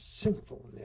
sinfulness